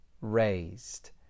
raised